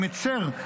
אני מצר,